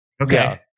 Okay